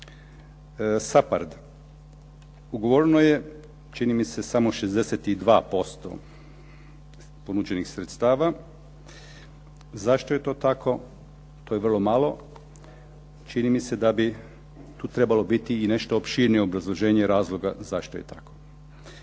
SAPARD, ugovoreno je čini mi se samo 62% ponuđenih sredstava. Zašto je to tako? To je vrlo malo. Čini mi se da bi tu trebalo biti i nešto opširnije obrazloženje razloga zašto je tako.